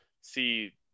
see